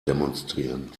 demonstrieren